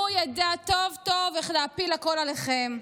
הוא ידע טוב טוב איך להפיל הכול עליכם.